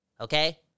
Okay